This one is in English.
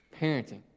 parenting